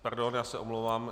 Pardon, já se omlouvám.